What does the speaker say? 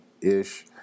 ish